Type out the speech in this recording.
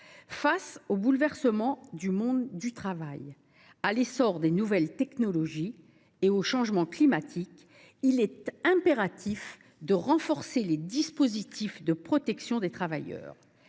Face aux bouleversements du monde du travail, à l’essor des nouvelles technologies et au changement climatique, il est impératif de renforcer les dispositifs de protection des travailleurs.